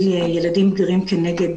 זה מצב מאוד-מאוד מורכב והשימוש בכלי הפלילי,